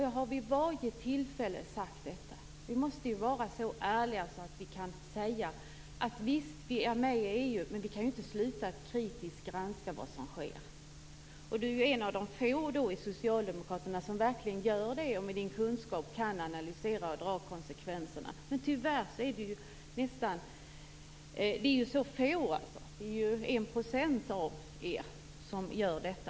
Jag har vid varje tillfälle sagt detta. Vi måste vara så ärliga att vi kan säga: Visst, vi är med i EU. Men vi kan inte sluta att kritiskt granska vad som sker. Kurt Ove Johansson är en av de få bland Socialdemokraterna som verkligen gör detta, och som med sin kunskap kan analysera och dra konsekvenserna. Men det är ju så få, tyvärr. Det är ju 1 % av er som gör detta.